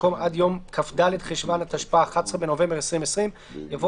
במקום "עד יום כ"ד חשוון התשפ"א (11 בנובמבר 2020)" יבוא